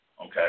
Okay